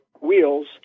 wheels